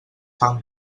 fan